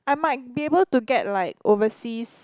I might be able to get like overseas